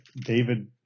David